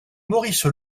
maurice